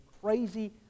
crazy